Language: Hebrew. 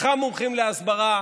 לקחה מומחים להסברה,